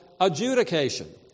adjudication